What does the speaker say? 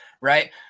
right